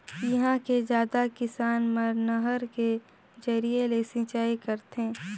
इहां के जादा किसान मन नहर के जरिए ले सिंचई करथे